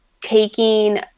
taking